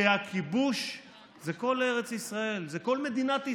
שהכיבוש זה כל ארץ ישראל, זה כל מדינת ישראל,